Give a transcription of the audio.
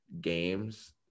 games